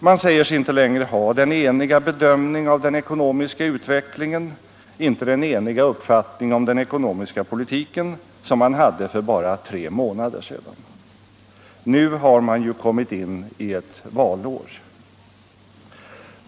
Man säger sig inte längre ha den eniga bedömning av den ekonomiska utvecklingen, inte den eniga uppfattnir.g om den ekonomiska politiken som man hade för bara tre månader sedan. Nu har man ju kommit in i ett valår.